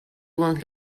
went